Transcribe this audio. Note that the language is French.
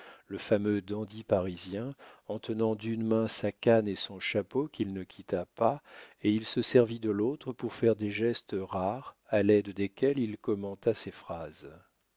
le fameux dandy parisien en tenant d'une main sa canne et son chapeau qu'il ne quitta pas et il se servit de l'autre pour faire des gestes rares à l'aide desquels il commenta ses phrases